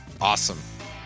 awesome